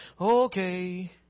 okay